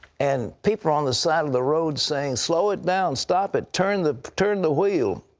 and people are on the side of the road saying, slow it down. stop it. turn the turn the wheel.